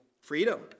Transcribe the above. freedom